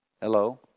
Hello